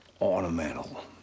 ornamental